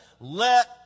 Let